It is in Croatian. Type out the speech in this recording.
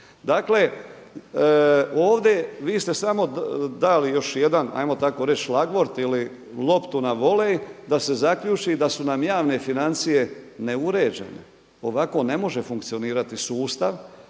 Dakle, ovdje vi ste samo dali još jedan hajmo tako reći šlagvort ili loptu na volej da se zaključi da su nam javne financije neuređene. Ovako ne može funkcionirati sustav.